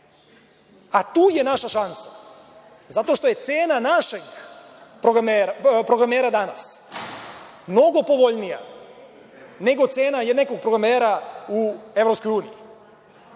a tu je naša šansa. Zato što je cena našeg programera danas mnogo povoljnija nego cena nekog programera u EU.